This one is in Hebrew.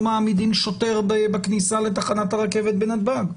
מעמידים שוטר בכניסה לתחנת הרכבת בנתב"ג,